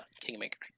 Kingmaker